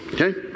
okay